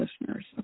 listeners